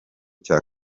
cya